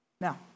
Now